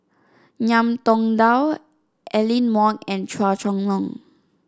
Ngiam Tong Dow Aline Wong and Chua Chong Long